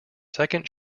second